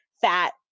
fat